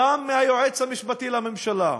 גם מהיועץ המשפטי לממשלה,